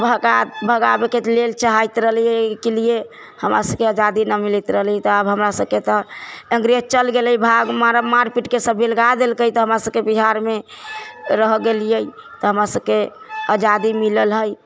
भगा भगाबेके लेल चाहैत रहलियै हमरा सबके आजादी नहि मिलैत रहले तऽ आब हमरा सबके तऽ अंग्रेज चल गेलै मारि पीटके सब बेलगा देलकै तऽ हमरा सबके बिहारमे रह गेलीय तब हमरा सबके आजादी मिलल है